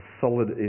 solid